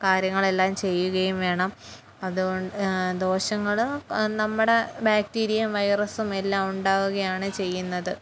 കാര്യങ്ങളെല്ലാം ചെയ്യുകയും വേണം അതുകൊ ദോഷങ്ങൾ നമ്മുടെ ബാക്ടീരിയയും വൈറസും എല്ലാം ഉണ്ടാകുകയാണ് ചെയ്യുന്നത്